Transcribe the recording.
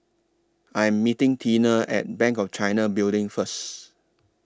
I Am meeting Teena At Bank of China Building First